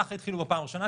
כך התחילו בפעם הראשונה,